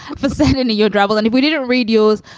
for sending me your travel. and if we didn't radios,